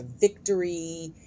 victory